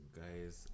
guys